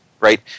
Right